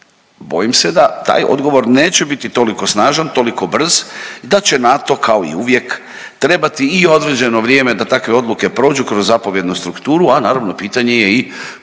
Bojim se da taj odgovor neće biti toliko snažan, toliko brz i da će NATO kao i uvijek trebati i određeno vrijeme da takve odluke prođu kroz zapovjednu strukturu, a naravno pitanje je i